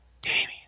Damien